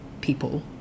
people